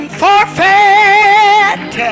forfeit